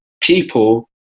people